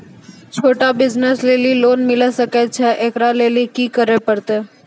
छोटा बिज़नस लेली लोन मिले सकय छै? एकरा लेली की करै परतै